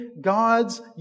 God's